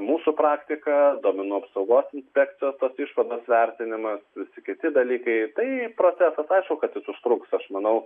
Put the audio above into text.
mūsų praktika duomenų apsaugos inspekcijos tos išvados vertinimas visi kiti dalykai tai procesas aišku kad jis užtruks aš manau